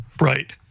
Right